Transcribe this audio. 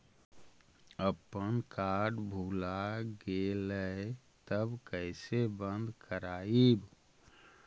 अपन कार्ड भुला गेलय तब कैसे बन्द कराइब?